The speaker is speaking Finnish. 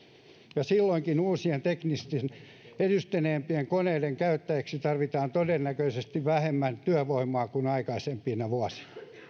ja silloinkin uusien teknisesti edistyneempien koneiden käyttäjiksi tarvitaan todennäköisesti vähemmän työvoimaa kuin aikaisempina vuosina